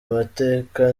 amateka